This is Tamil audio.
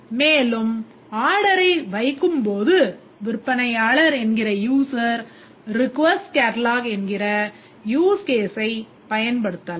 மேலும் ஆர்டரை வைக்கும் போது விற்பனையாளர் என்கிற user request catalog என்கிற யூஸ் கேஸ் ஐப் பயன்படுத்தலாம்